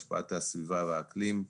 השפעת הסביבה והאקלים.